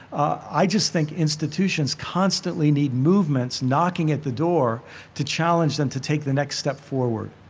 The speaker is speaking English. i just think institutions constantly need movements knocking at the door to challenge them to take the next step forward.